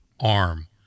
arm